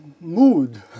mood